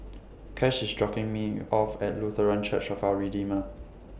Cash IS dropping Me off At Lutheran Church of Our Redeemer